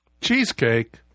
Cheesecake